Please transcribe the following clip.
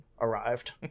arrived